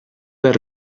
del